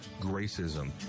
Gracism